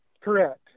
Correct